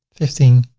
fifteen,